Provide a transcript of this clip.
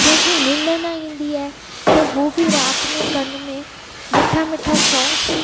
कंहिंखे निंढ न ईंदी आहे त हू बि राति में कन में मिठा मिठा सोंग्स